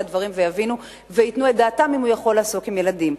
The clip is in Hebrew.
הם יבינו וייתנו את דעתם אם הוא יכול לעסוק בעבודה עם ילדים.